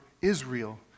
Israel